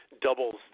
doubles